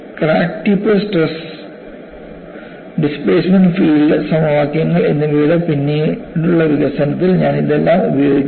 crack tip stress displacement field സമവാക്യങ്ങൾ എന്നിവയുടെ പിന്നീടുള്ള വികസനത്തിൽ ഞാൻ ഇതെല്ലാം ഉപയോഗിക്കും